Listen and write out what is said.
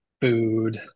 food